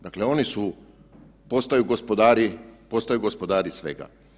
Dakle, oni su, postaju gospodari, postaju gospodari svega.